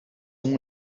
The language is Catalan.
amb